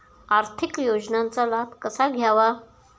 आर्थिक योजनांचा लाभ कसा घ्यावा?